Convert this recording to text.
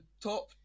top